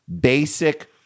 basic